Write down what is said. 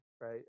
right